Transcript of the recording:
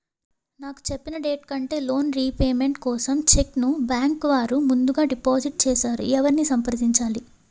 నాకు చెప్పిన డేట్ కంటే లోన్ రీపేమెంట్ కోసం చెక్ ను బ్యాంకు వారు ముందుగా డిపాజిట్ చేసారు ఎవరిని సంప్రదించాలి?